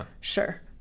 sure